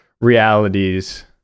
realities